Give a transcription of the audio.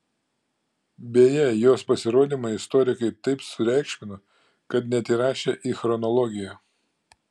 beje jos pasirodymą istorikai taip sureikšmino kad net įrašė į chronologiją